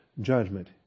judgment